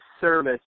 service